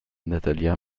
natalia